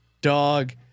dog